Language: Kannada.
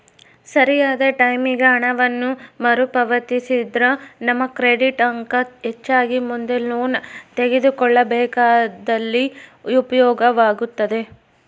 ಸರಿಯಾದ ಟೈಮಿಗೆ ಹಣವನ್ನು ಮರುಪಾವತಿಸಿದ್ರ ನಮ್ಮ ಕ್ರೆಡಿಟ್ ಅಂಕ ಹೆಚ್ಚಾಗಿ ಮುಂದೆ ಲೋನ್ ತೆಗೆದುಕೊಳ್ಳಬೇಕಾದಲ್ಲಿ ಉಪಯೋಗವಾಗುತ್ತದೆ